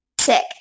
Sick